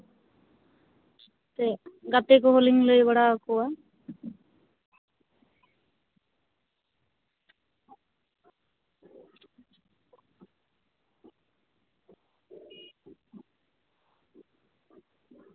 ᱥᱮ ᱜᱟᱛᱮ ᱠᱚᱦᱚᱸᱞᱤᱧ ᱞᱟᱹᱭ ᱵᱟᱲᱟᱣᱟᱠᱚᱣᱟ